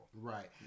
right